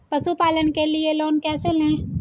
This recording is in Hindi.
पशुपालन के लिए लोन कैसे लें?